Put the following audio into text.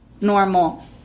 normal